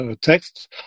texts